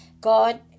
God